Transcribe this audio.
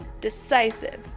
decisive